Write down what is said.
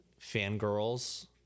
fangirls